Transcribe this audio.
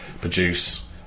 produce